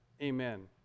Amen